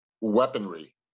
weaponry